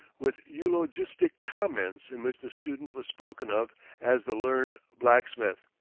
with eulogistic comments, in which the student was spoken of as the learned blacksmith.